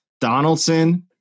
Donaldson